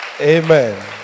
Amen